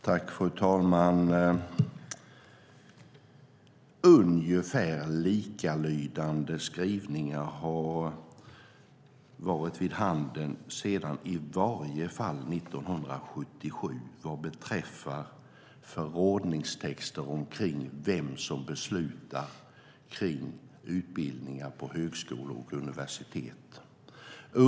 Fru talman! Ungefär likalydande skrivningar har varit vid handen sedan i varje fall 1977 när det gäller förordningstexter om vem som beslutar om utbildningar på högskolor och universitet.